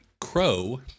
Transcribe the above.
Crow